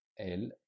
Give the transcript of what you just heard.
el